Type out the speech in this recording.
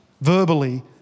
verbally